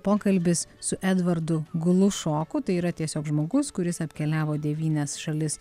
pokalbis su edvardu glušoku tai yra tiesiog žmogus kuris apkeliavo devynias šalis